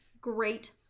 great